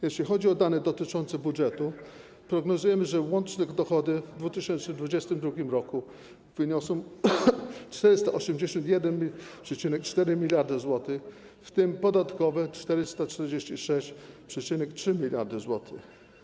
Jeśli chodzi o dane dotyczące budżetu, prognozujemy, że łączne dochody w 2022 r. wyniosą 481,4 mld zł, w tym podatkowe - 446,3 mld zł.